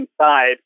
inside